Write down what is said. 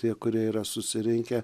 tie kurie yra susirinkę